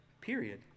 period